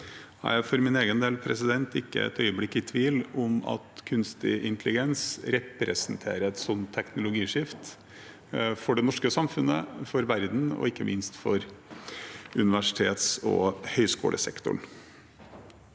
Jeg er for egen del ikke et øyeblikk i tvil om at kunstig intelligens representerer et slikt teknologiskifte for det norske samfunnet, for verden og ikke minst for universitets- og høyskolesektoren.